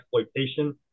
exploitation